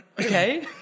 okay